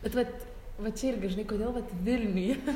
bet vat va čia irgi žinai kodėl vat vilniuje